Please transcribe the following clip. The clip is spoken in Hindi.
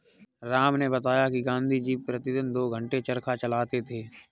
राम ने बताया कि गांधी जी प्रतिदिन दो घंटे चरखा चलाते थे